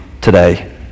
today